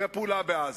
בפעולה בעזה,